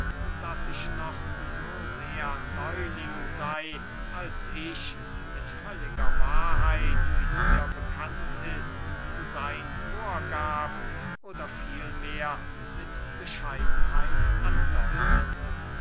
daß ich noch so sehr neuling sey als ich mit völliger wahrheit wie dir bekannt ist zu seyn vorgab oder vielmehr mit bescheidenheit andeutete